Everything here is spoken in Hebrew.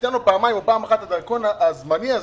לו פעם אחת או פעמיים את הדרכון הזמני הזה,